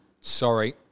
Sorry